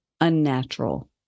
unnatural